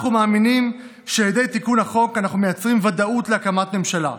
אנחנו מאמינים שעל ידי תיקון החוק אנחנו מייצרים ודאות להקמת ממשלה.